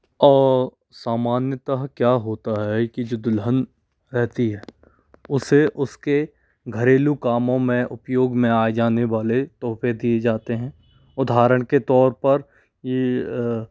और सामान्यतः क्या होता है कि जो दुल्हन रहती है उसे उसके घरेलू कामों में उपयोग में आ जाने वाले तोहफे दिए जाते हैं उदाहरण के तौर पर